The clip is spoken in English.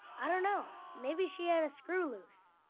i don't know. maybe she had a screw loose.